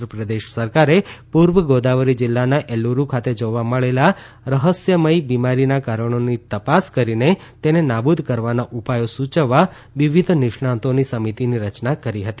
આંધપ્રદેશ સરકારે પુર્વ ગોદાવરી જીલ્લાના એલુરૂ ખાતે જોવા મળેલા રહસ્યમય બિમારીના કારણોની તપાસ કરીને તેને નાબુદ કરવાના ઉપાયો સુયવવા વિવિધ નિષ્ણાંતોની સમિતિની રચના કરી હતી